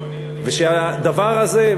ושהדבר הזה,